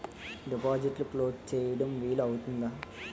డిపాజిట్లు క్లోజ్ చేయడం వీలు అవుతుందా?